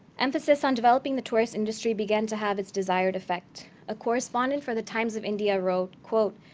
emphasis on developing the tourist industry began to have its desired effect. a correspondent for the times of india wrote, quote,